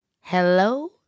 Hello